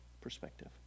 perspective